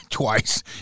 twice